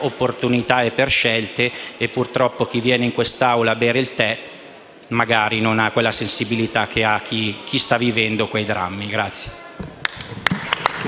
opportunità e per scelte, e purtroppo chi viene in quest'Aula a bere il tè non ha la sensibilità di chi sta vivendo quei drammi